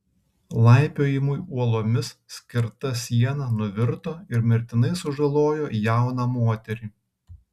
laipiojimui uolomis skirta siena nuvirto ir mirtinai sužalojo jauną moterį